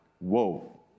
Whoa